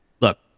Look